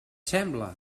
sembla